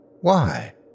Why